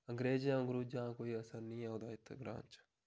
अंग्रेज़ अंग्रुजें दा कोई असर नी ओह्दा इत्थै ग्रांऽ च